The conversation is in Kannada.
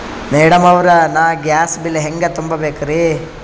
ಮೆಡಂ ಅವ್ರ, ನಾ ಗ್ಯಾಸ್ ಬಿಲ್ ಹೆಂಗ ತುಂಬಾ ಬೇಕ್ರಿ?